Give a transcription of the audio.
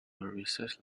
research